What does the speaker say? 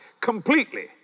completely